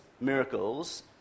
miracles